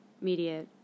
media